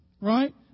right